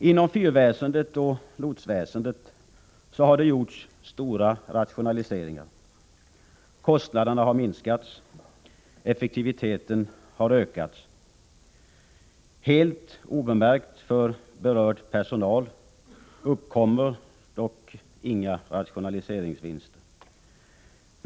Inom fyrväsendet och lotsväsendet har det gjorts stora rationaliseringar. Kostnaderna har minskats, effektiviteten har ökats. Helt obemärkt för berörd personal uppkommer dock inga rationaliseringsvinster.